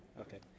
Okay